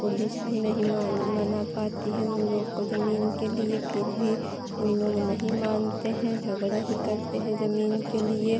police भी नहीं मान मना पाती है उन लोग को ज़मीन के लिए फिर भी उन लोग नहीं मानते हैं झगड़ा ही करते हैं ज़मीन के लिए